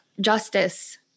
justice